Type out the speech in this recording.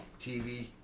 TV